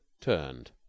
turned